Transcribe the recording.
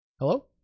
hello